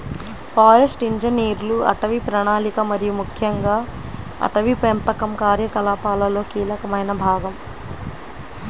forest ఇంజనీర్లు అటవీ ప్రణాళిక మరియు ముఖ్యంగా అటవీ పెంపకం కార్యకలాపాలలో కీలకమైన భాగం